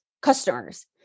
customers